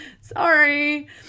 sorry